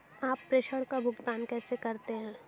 आप प्रेषण का भुगतान कैसे करते हैं?